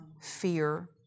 fear